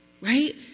Right